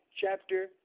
chapter